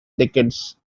decades